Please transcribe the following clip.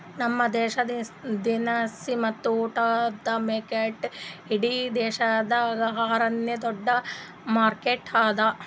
ನಮ್ ದೇಶ ದಿನಸಿ ಮತ್ತ ಉಟ್ಟದ ಮಾರ್ಕೆಟ್ ಇಡಿ ವಿಶ್ವದಾಗ್ ಆರ ನೇ ದೊಡ್ಡ ಮಾರ್ಕೆಟ್ ಅದಾ